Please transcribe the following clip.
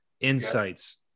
insights